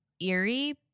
eerie